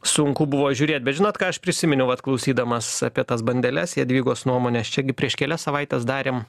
sunku buvo žiūrėt bet žinot ką aš prisiminiau vat klausydamas apie tas bandeles jadvygos nuomonės čia gi prieš kelias savaitės darėm